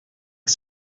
que